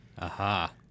Aha